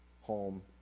home